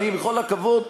בכל הכבוד,